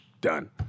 done